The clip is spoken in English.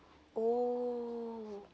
oh